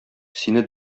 сине